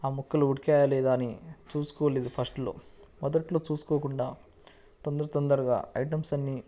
ఆ ముక్కలు ఉడికాయ లేదా అని చూసుకోలేదు ఫస్ట్లో మొదట్లో చూసుకోకుండా తొందర తొందరగా ఐటమ్స్ అన్నీ